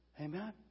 Amen